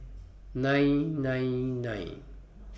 nine nine nine